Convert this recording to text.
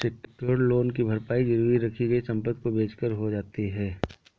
secured loan की भरपाई गिरवी रखी गई संपत्ति को बेचकर हो जाती है